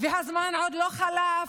והזמן עוד לא חלף,